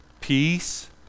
peace